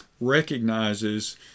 recognizes